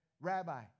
Rabbi